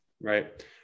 Right